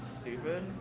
stupid